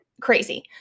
crazy